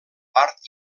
part